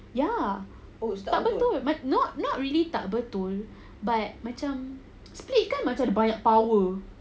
ya tak betul not not really tak betul but macam split kan macam banyak power